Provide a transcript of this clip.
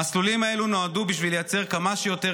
המסלולים האלו נועדו בשביל לייצר כמה שיותר